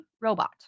robot